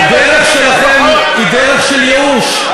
הדרך שלכם היא דרך של ייאוש.